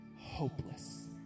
hopeless